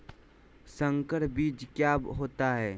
संकर बीज क्या होता है?